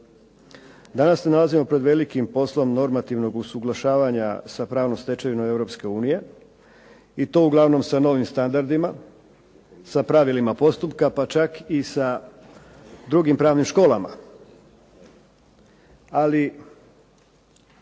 Danas se nalazimo pred velikim poslom normativnog usuglašavanja sa pravnom stečevinom Europske unije i to uglavnom sa novim standardima, sa pravilima postupka pa čak i sa drugim pravnim školama. Ali